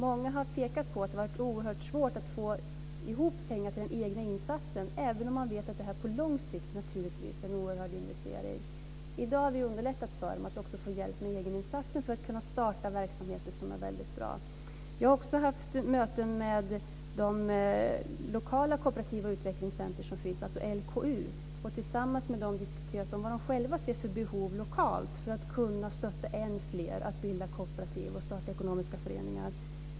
Många har pekat på att det har varit oerhört svårt att få ihop pengar till den egna insatsen, även om de vet att det här på lång sikt naturligtvis är en oerhörd investering. I dag har vi underlättat för dem att också få hjälp med egeninsatsen för att kunna starta verksamheter som är väldigt bra. Jag har också haft möten med de lokala kooperativa utvecklingscentrum som finns, alltså LKU, och tillsammans med dem diskuterat vad de själva ser för behov lokalt för att kunna stötta än fler att bilda kooperativ och starta ekonomiska föreningar.